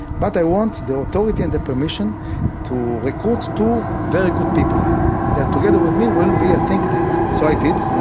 but i want the authority and the permission to recruit two very good people who together with me will be a think tank. so i did, and